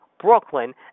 Brooklyn